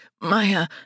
Maya